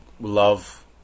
love